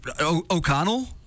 O'Connell